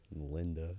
Linda